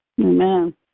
Amen